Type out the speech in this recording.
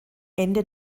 ende